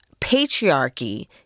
patriarchy